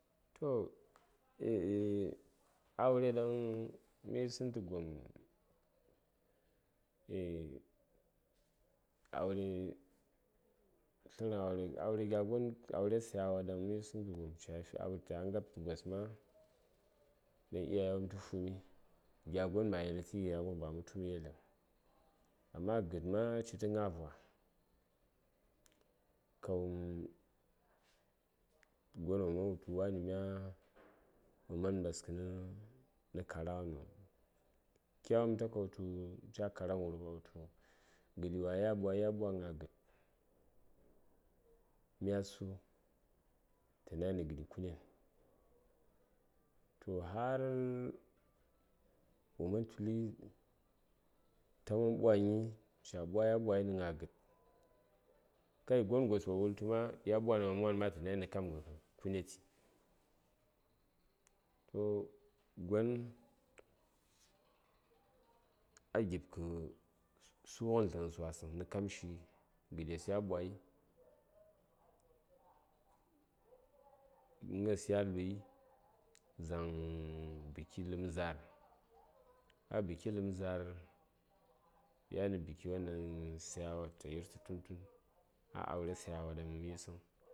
Toh aure ɗaŋ məyisəŋ tə gom eah aure tlərəŋ aure aure gya gon aure sayawa ɗaŋ məyisəŋ tə gos cafi au ca ngabtə gos ma ɗan iyaye wopm tə fumi gya gon ma yeli tə yir gyagon ba mə tu mə yeləŋ amma gəd ma yan citə gnavwa ka wum gon woman wultu yanima mə man ɓaskə nə karaghənikya wum ta ka wultu ca kara ghə nə ghərwon gəɗi wai ya ɓwai ya ɓwanə gna gəd mya su tə nayi nə gəɗi kunen toh har wo man tuli ta man ɓwa gni ca ɓwai a ɓwanə gna gəd kai gon wo wulgos tu ma yan gna mwa:n ma tə nayi nə kam ghə kuneti eah gon a gib kə sughən dləŋsə wasəŋ nə kamshi gəɗes ya ɓwai gna:s ya luyi dzaŋ buki ləpm za:r a buki ləpm za:r yan nə buki won ɗaŋ sayawa tətayi fi tun tun aure sayawa ɗaŋ mə yisəŋ